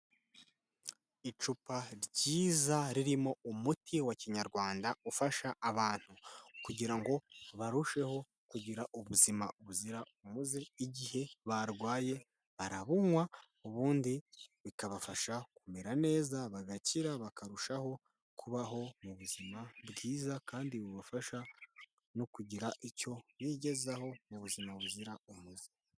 Icupa ryiza ririmo umuti wa kinyarwanda, ufasha abantu kugira ngo barusheho kugira ubuzima buzira umuze, igihe barwaye barawunywa ubundi bikabafasha kumera neza, bagakira bakarushaho kubaho mu buzima bwiza kandi bubafasha no kugira icyo bigezaho, mu buzima buzira umuze.